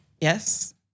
Yes